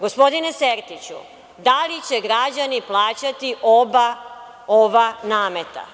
Gospodine Sertiću, da li će građani plaćati oba ova nameta?